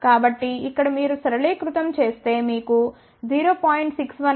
కాబట్టి ఇక్కడ మీరు సరళీకృతం చేస్తే మీకు 0